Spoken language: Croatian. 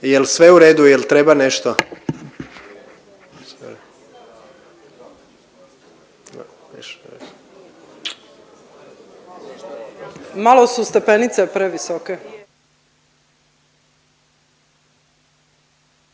Jel sve u redu, jel treba nešto? …/Upadica: Malo su stepenice previsoke./…